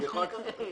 יש לכם בעיות עם זה?